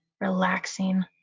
relaxing